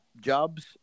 jobs